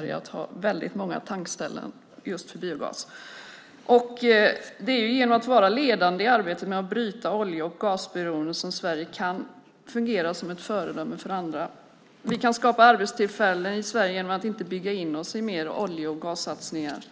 det gäller att ha många tankställen just för biogas. Det är genom att vara ledande i arbetet med att bryta olje och gasberoendet som Sverige kan fungera som ett föredöme för andra. Vi kan skapa arbetstillfällen i Sverige genom att inte bygga in oss i mer olje och gassatsningar.